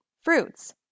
fruits